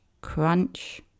crunch